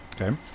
Okay